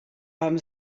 haben